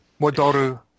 Mordoru